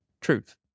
truth